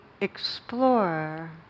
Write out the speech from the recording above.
explore